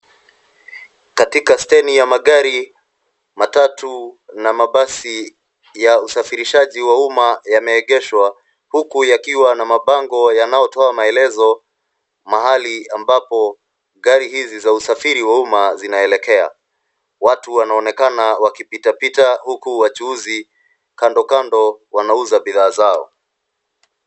Katika steni ya magari matatu na mabasi ya usafirishaji wa uma yameegeshwa huku yakiwa na mabango yanayo toa maelezo mahali ambapo gari hizi za usafiri wa uma zinaelekea. Watu wanaonekana wakipitapita huku wachuuzi kando kando wanauza bidhaa zao.